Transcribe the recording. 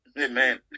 amen